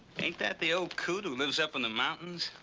ain't that the old coot who lives up in the mountains?